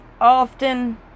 often